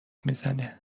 میزنه